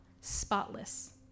spotless